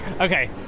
Okay